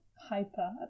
hyper